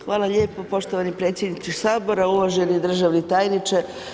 Hvala lijepo poštovani predsjedniče Sabora, uvaženi državni tajniče.